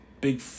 big